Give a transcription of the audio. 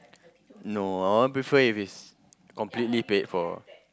no I want prefer if it's completely paid for